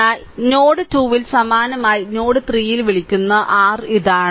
എന്നാൽ നോഡ് 2 ൽ സമാനമായി നോഡ് 3 ൽ വിളിക്കുന്ന r ഇതാണ്